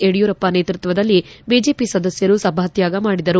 ಯಡಿಯೂರಪ್ಪ ನೇತೃತ್ವದಲ್ಲಿ ಬಿಜೆಪಿ ಸದಸ್ನರು ಸಭಾತ್ವಾಗ ಮಾಡಿದರು